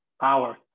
Power